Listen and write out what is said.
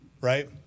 right